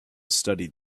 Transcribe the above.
studied